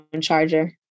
charger